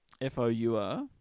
F-O-U-R